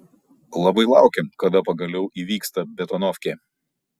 labai laukiam kada pagaliau įvyks ta betonovkė